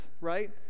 right